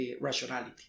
rationality